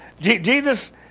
Jesus